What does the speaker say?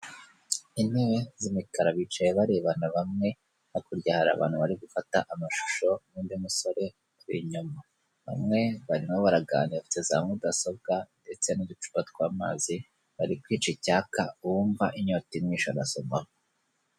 Intebe z'imikara bicaye barebana bamwe hakurya hari abantu bari gufata amashusho n'undi musore uri inyuma, bamwe barimo baraganira bafite za mudasobwa ndetse n'uducupa tw'amazi bari kwica icyaka uwumva inyota imwishe agasomaho.